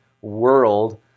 world